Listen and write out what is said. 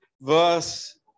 verse